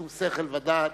בשום שכל ודעת,